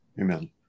Amen